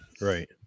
right